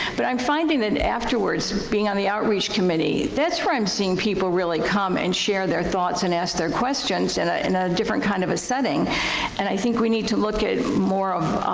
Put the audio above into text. but i'm finding that afterwards, being on the outreach committee, that's where i'm seeing people really come and share their thoughts and ask their questions and in a different kind of a setting and i think we need to look at more of.